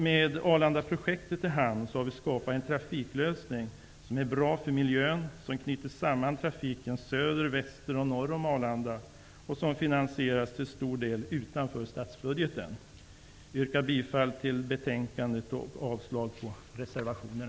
Med Arlandaprojektet i hamn har vi skapat en trafiklösning som är bra för miljön, som knyter samman trafiken söder, väster och norr om Arlanda och som till stor del finansieras utanför statsbudgeten. Jag yrkar bifall till utskottets hemställan i betänkandet och avslag på reservationen.